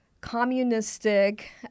communistic